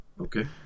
Okay